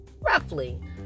roughly